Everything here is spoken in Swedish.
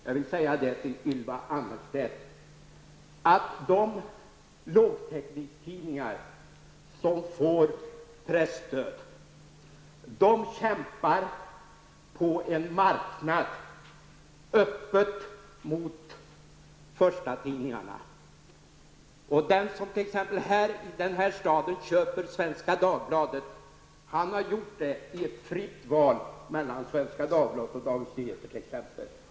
Jag vill säga till Ylva Annerstedt att de lågtäckningstidningar som får presstöd kämpar på en marknad, öppet mot förstatidningarna. Den som t.ex. i den här staden köper Svenska Dagbladet har gjort det i ett fritt val mellan t.ex. Dagens Nyheter och Svenska Dagbladet.